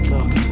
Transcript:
Look